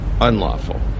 unlawful